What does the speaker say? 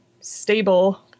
stable